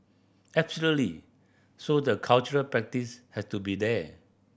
absolutely so the cultural practice has to be there